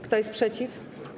Kto jest przeciw?